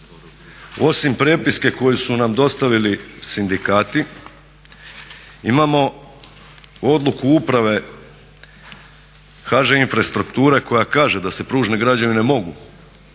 osim prepiske koju su nam dostavili sindikati, imamo odluku uprave HŽ Infrastrukture koja kaže da se pružne građevine mogu